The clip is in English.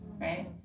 right